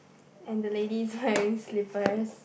and the lady is wearing slippers